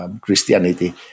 Christianity